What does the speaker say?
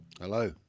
Hello